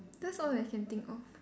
that's all I can think of